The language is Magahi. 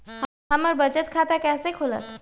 हमर बचत खाता कैसे खुलत?